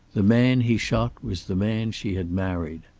the man he shot was the man she had married.